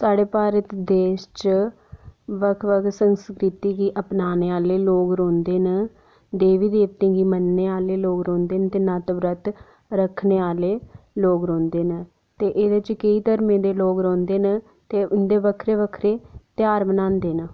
साढ़े भारत देश च बक्ख बक्ख संस्कृति गी अपनाने आह्ले लोग रौंह्दे न देवी देवतें गी मन्नने आह्ले लोक रौहंदे न ते नर्त बर्त रक्खने आह्ले लोक रौहंदे न ते एह्दे च केईं धर्में दे लोक रौहंदे न ते ओह् बक्खरे बक्खरे ध्यार मनांदे न